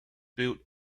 built